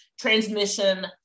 transmission